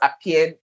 appeared